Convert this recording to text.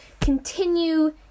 continue